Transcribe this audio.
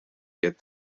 get